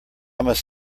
must